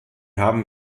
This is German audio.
haben